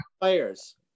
players